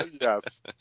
yes